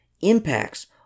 impacts